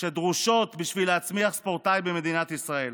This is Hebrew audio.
שדרושות בשביל להצמיח ספורטאי במדינת ישראל.